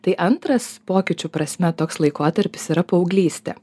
tai antras pokyčių prasme toks laikotarpis yra paauglystė